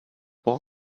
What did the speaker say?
war